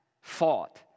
fought